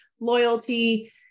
loyalty